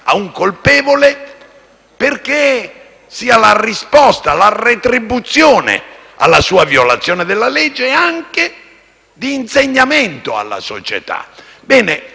perché sia la risposta, la retribuzione, alla sua violazione della legge e anche un insegnamento alla società. Ebbene, il trascorrere